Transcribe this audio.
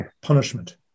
punishment